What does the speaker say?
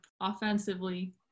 offensively